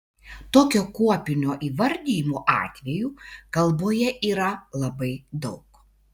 tokio kuopinio įvardijimo atvejų kalboje yra labai daug